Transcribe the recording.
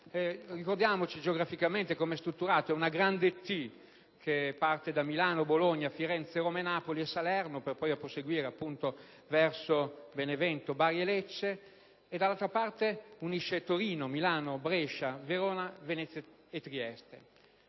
Comuni. Geograficamente è strutturato secondo una grande T che parte da Milano, Bologna, Firenze, Roma, Napoli e Salerno per poi proseguire verso Benevento, Bari e Lecce e, dall'altra parte, unisce Torino, Milano, Brescia, Verona, Venezia e Trieste.